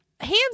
hands